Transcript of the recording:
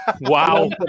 Wow